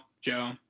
Joe